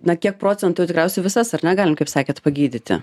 na kiek procentų tikriausiai visas ar ne galim kaip sakėt pagydyti